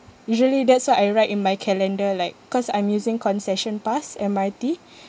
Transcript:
usually that's what I write in my calendar like cause I'm using concession pass M_R_T